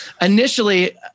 Initially